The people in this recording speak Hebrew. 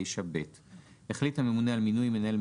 49ב. גם פה - להשמיע את טענותיה בפני המועצה.